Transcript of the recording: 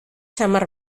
samar